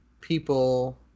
people